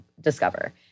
Discover